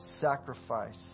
sacrifice